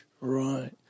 Right